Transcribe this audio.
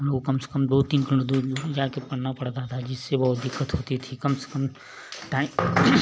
हम लोग कम से कम दो तीन किलोमीटर दूर दूर जा कर पढ़ना पड़ता था जिससे बहुत दिक्कत होती थी कम से कम टाइम